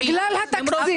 לא התכנסה, בגלל התקציב.